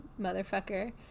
motherfucker